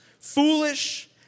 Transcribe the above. foolish